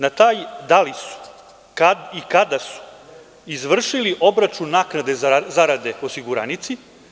Na taj da li su, kad i kada izvršili obračun naknade za zarade osiguranici.